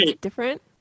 different